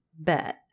Bet